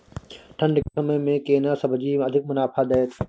ठंढ के समय मे केना सब्जी अधिक मुनाफा दैत?